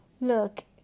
Look